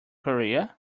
korea